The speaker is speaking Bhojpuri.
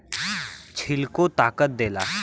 छिलको ताकत देला